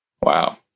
Wow